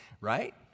right